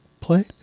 Play